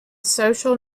social